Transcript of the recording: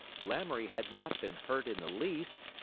lamoury had not been hurt in the least,